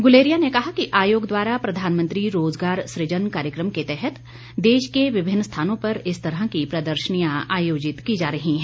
गुलेरिया ने कहा कि आयोग द्वारा प्रधानमंत्री रोजगार सुजन कार्यक्रम के तहत देश के विभिन्न स्थानों पर इस तरह की प्रदर्शनी आयोजित की जा रही है